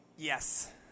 Yes